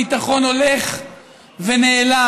הביטחון הולך ונעלם,